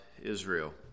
Israel